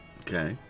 Okay